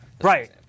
Right